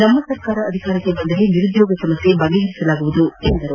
ನಮ್ಮ ಸರ್ಕಾರ ಅದಿಕಾರಕ್ಕೆ ಬಂದರೆ ನಿರುದ್ಯೋಗ ಸಮಸ್ಯೆ ಬಗೆಹರಿಸಲಾಗುವುದು ಎಂದರು